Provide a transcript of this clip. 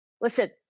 Listen